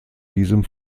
diesem